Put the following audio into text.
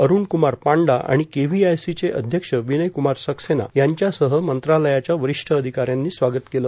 अरुण कुमार पांडा आणि केव्हीआयसीचे अध्यक्ष विनय कुमार सक्सेना यांच्यासह मंत्रालयाच्या वरिष्ठ अधिकाऱ्यांनी स्वागत केलं